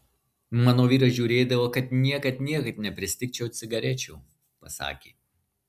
mano vyras žiūrėdavo kad niekad niekad nepristigčiau cigarečių pasakė